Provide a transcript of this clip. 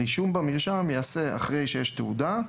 הרישום במרשם ייעשה אחרי שיש תעודה,